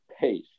pace